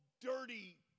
dirty